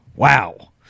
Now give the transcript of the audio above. Wow